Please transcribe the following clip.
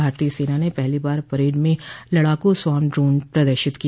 भारतीय सेना ने पहली बार परेड में लड़ाकू स्वार्म ड्रोन प्रदर्शित किया